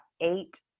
eight